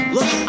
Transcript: Look